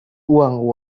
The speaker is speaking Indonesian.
uang